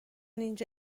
اینجا